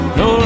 no